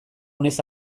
onez